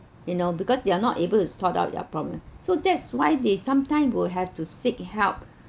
you know because they are not able to sort out their problem so that's why they sometime will have to seek help